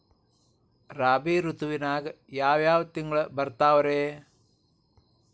ರಾಬಿ ಋತುವಿನಾಗ ಯಾವ್ ಯಾವ್ ತಿಂಗಳು ಬರ್ತಾವ್ ರೇ?